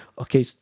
okay